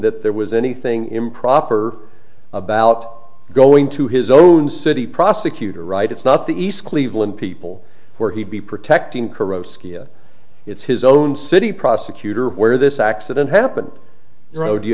that there was anything improper about going to his own city prosecutor right it's not the east cleveland people where he be protecting corrodes skia it's his own city prosecutor where this accident happened there oh do you